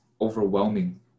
overwhelming